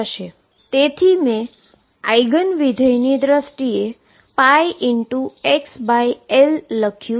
તેથી મેં આઈગન ફંક્શનની દ્રષ્ટિએ πxL લખ્યું છે